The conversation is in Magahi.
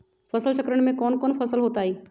फसल चक्रण में कौन कौन फसल हो ताई?